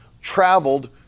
traveled